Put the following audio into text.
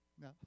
Now